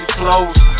clothes